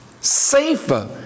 safer